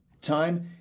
time